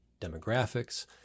demographics